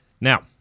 Now